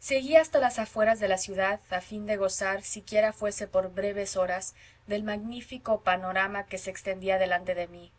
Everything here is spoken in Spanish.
seguí hasta las afueras de la ciudad a fin de gozar siquiera fuese por breves horas del magnífico panorama que se extendía delante de mí